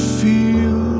feel